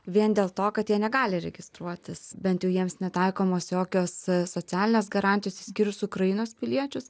vien dėl to kad jie negali registruotis bent jau jiems netaikomos jokios socialinės garantijos išskyrus ukrainos piliečius